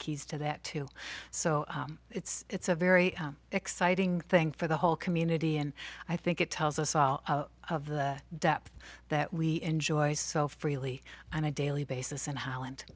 keys to that too so it's a very exciting thing for the whole community and i think it tells us all of the depth that we enjoy so freely on a daily basis in holland